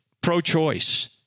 pro-choice